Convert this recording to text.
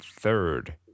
third